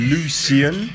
Lucian